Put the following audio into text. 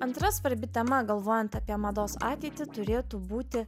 antra svarbi tema galvojant apie mados ateitį turėtų būti